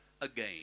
again